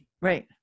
right